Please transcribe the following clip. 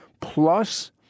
plus